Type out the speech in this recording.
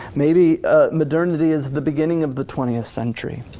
maybe modernity is the beginning of the twentieth century.